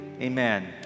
amen